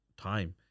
time